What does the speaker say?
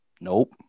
Nope